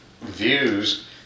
views